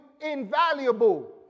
invaluable